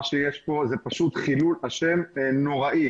מה שיש פה זה פשוט חילול השם נוראי.